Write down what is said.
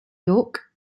york